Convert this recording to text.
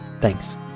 Thanks